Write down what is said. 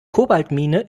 kobaltmine